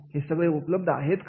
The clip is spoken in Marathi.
हे सगळे उपलब्ध आहेत का